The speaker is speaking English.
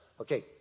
Okay